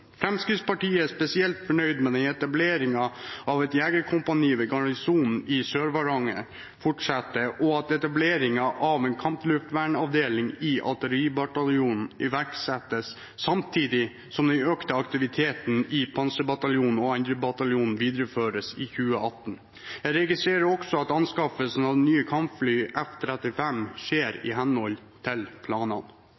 Fremskrittspartiet er spesielt fornøyd med at etableringen av et jegerkompani ved Garnisonen i Sør-Varanger fortsetter, og at etableringen av en kampluftvernavdeling i Artilleribataljonen iverksettes samtidig som den økte aktiviteten i Panserbataljonen og 2. bataljon videreføres i 2018. Jeg registrerer også at anskaffelsen av nye kampfly, F-35, skjer i henhold til planene. Fremskrittspartiet er fornøyd med utviklingen i Forsvaret. Et